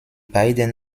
beiden